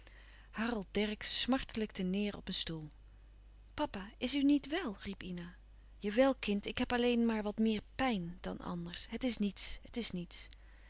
harold dercksz smartelijkte neêr op een stoel papa is u niet wel riep ina jawel kind ik heb alleen maar wat meer pijn dan anders het is niets het is niets